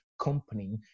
company